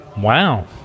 Wow